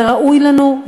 וראוי לנו,